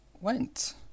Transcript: went